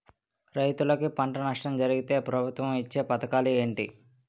రైతులుకి పంట నష్టం జరిగితే ప్రభుత్వం ఇచ్చా పథకాలు ఏంటి?